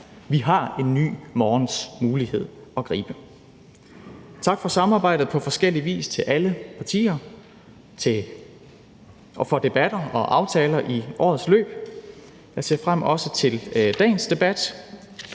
Vi har en ny morgens mulighed at gribe. Tak for samarbejdet på forskellig vis til alle partier og for debatter og aftaler i årets løb. Jeg ser frem til også dagens debat,